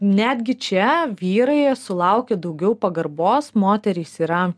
netgi čia vyrai sulaukia daugiau pagarbos moterys yra